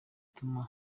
atuma